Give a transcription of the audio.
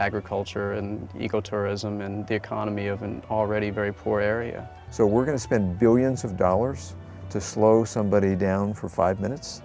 agriculture and eco tourism and the economy of an already very poor area so we're going to spend billions of dollars to slow somebody down for five minutes